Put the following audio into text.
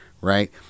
right